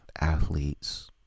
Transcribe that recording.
Athletes